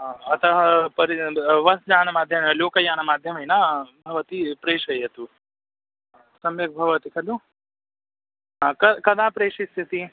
हा अतः परिषद् बस्यानमाध्यमेन लोकयानमाध्यमेन भवति प्रेषयतु सम्यक् भवति खलु अ क कदा प्रेषयिष्यसि